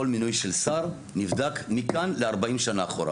כל מינוי של שר נבדק מכאן ל-40 שנה אחורה.